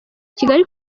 kigali